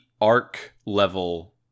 arc-level